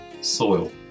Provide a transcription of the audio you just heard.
soil